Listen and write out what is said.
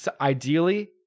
ideally